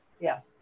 Yes